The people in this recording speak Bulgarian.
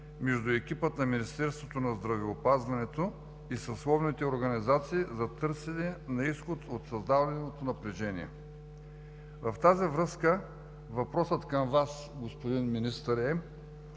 между екипа на Министерството на здравеопазването и съсловните организации за търсене на изход от създаденото напрежение. В тази връзка въпросът към Вас, господин Министър,